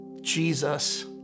Jesus